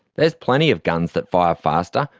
there's plenty of guns that fire faster,